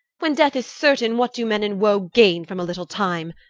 when death is certain, what do men in woe gain from a little time?